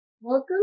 Welcome